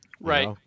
Right